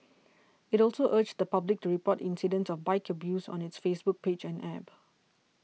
it also urged the public to report incidents of bike abuse on its Facebook page and App